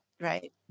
Right